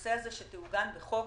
לנושא הזה שתעוגן בחוק.